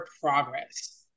progress